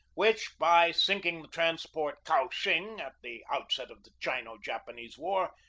which, by sinking the transport kowshing at the outset of the chino-japan ese war,